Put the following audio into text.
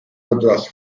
otras